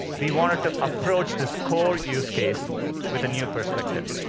we wanted to approach this core use case with a new perspective.